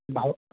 भव